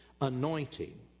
anointing